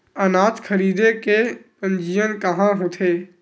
अनाज खरीदे के पंजीयन कहां होथे?